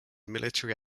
military